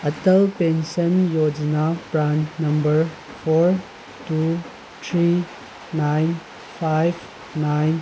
Atal pension Yojana PRAN number four two three nine five nine